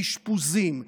אשפוזים,